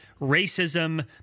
racism